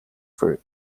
for